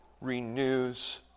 renews